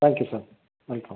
thank you sir welcome